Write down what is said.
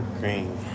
green